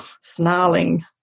snarling